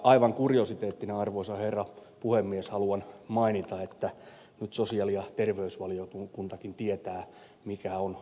aivan kuriositeettina arvoisa herra puhemies haluan mainita että nyt sosiaali ja terveysvaliokuntakin tietää mikä on lukuporo